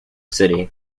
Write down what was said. city